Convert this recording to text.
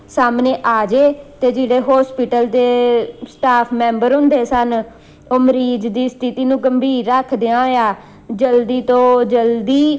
ਸਾਹਮਣੇ ਆ ਜੇ ਅਤੇ ਜਿਹੜੇ ਹੋਸਪੀਟਲ ਦੇ ਸਟਾਫ ਮੈਂਬਰ ਹੁੰਦੇ ਸਨ ਉਹ ਮਰੀਜ਼ ਦੀ ਸਥਿਤੀ ਨੂੰ ਗੰਭੀਰ ਰੱਖਦਿਆਂ ਹੋਇਆ ਜਲਦੀ ਤੋਂ ਜਲਦੀ